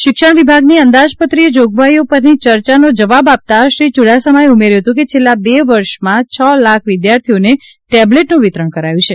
શિક્ષણ વિભાગની અંદાજપત્રીય જોગવાઈઓ પરની ચર્ચાનો જવાબ આપતા શ્રી ચુડાસમાએ ઉમેર્યુ હતું કે છેલ્લા બે વર્ષમાં હ લાખ વિદ્યાર્થીઓને ટેબલેટનું વિતરણ કરાયું છે